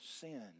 sin